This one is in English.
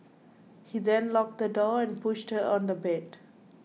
he then locked the door and pushed her on the bed